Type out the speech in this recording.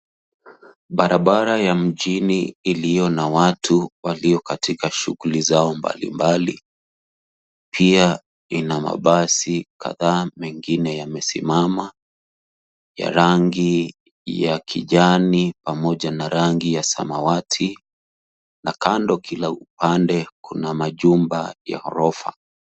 Barabara ya mjini iliyo na watu walio katika shuguli zao mbalimbali. Pia ina mabasi kadhaa mengine yamesimama ya rangi ya kijani pamoja na rangi ya samawati na kando kila kuna majumba ya ghorofa.